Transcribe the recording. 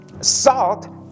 Salt